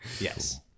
Yes